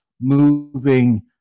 moving